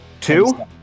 Two